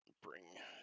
bring